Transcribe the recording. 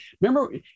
Remember